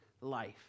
life